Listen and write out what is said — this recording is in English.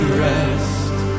rest